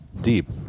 deep